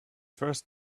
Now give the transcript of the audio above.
first